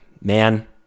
Man